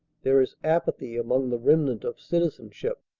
there is apathy among the remnant of citizenship.